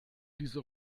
diese